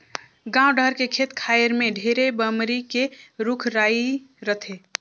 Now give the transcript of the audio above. गाँव डहर के खेत खायर में ढेरे बमरी के रूख राई रथे